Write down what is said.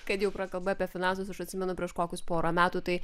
kad jau prakalbai apie finansus aš atsimenu prieš kokius porą metų tai